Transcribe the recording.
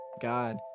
God